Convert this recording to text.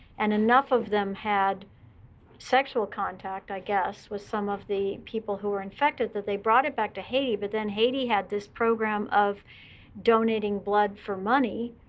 and enough of them had sexual contact, i guess, with some of the people who were infected that they brought it back to haiti. but then haiti had this program of donating blood for money,